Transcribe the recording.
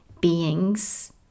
beings